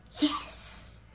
Yes